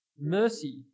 mercy